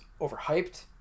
overhyped